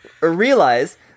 realize